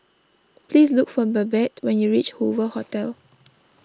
please look for Babette when you reach Hoover Hotel